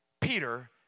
Peter